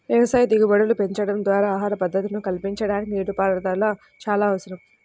వ్యవసాయ దిగుబడులు పెంచడం ద్వారా ఆహార భద్రతను కల్పించడానికి నీటిపారుదల చాలా అవసరం